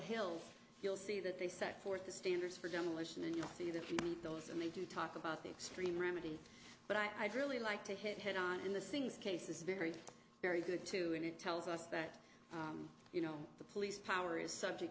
hills you'll see that they set forth the standards for demolition and you see the keep those and they do talk about the extreme remedy but i'd really like to hit head on in the singhs case is very very good too and it tells us that you know the police power is subject